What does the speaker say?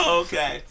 okay